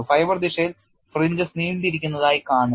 fibre ദിശയിൽ fringes നീണ്ടിരിക്കുന്നതായി കാണുന്നു